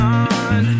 on